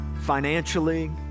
financially